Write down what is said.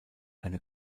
eine